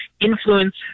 influence